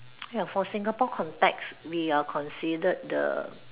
ya for Singapore context we are considered the